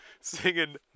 singing